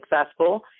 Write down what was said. successful